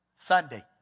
Sunday